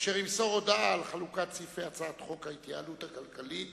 אשר ימסור הודעה על חלוקת הצעת חוק ההתייעלות הכלכלית